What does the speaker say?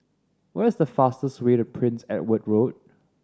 what is the fastest way to Prince Edward Road